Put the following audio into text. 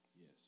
Yes